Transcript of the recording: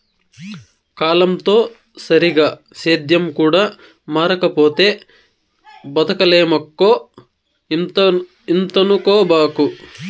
కాలంతో సరిగా సేద్యం కూడా మారకపోతే బతకలేమక్కో ఇంతనుకోబాకు